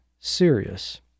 serious